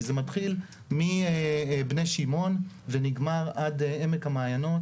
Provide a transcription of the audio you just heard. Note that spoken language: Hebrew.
כי זה מתחיל מבני שמעון ונגמר בעמק המעיינות.